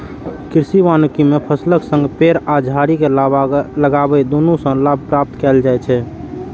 कृषि वानिकी मे फसलक संग पेड़ आ झाड़ी कें लगाके दुनू सं लाभ प्राप्त कैल जाइ छै